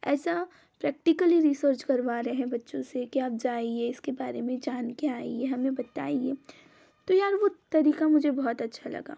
ऐसा practically research करवा रहें है बच्चों से कि आप जाइए इसके बारे में जानके आइए हमें बताइए तो यार वो तरीका मुझे बहुत अच्छा लगा